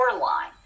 line